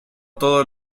todos